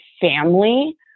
family